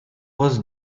was